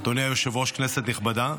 אדוני היושב-ראש, כנסת נכבדה,